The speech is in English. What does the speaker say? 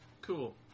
Cool